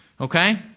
Okay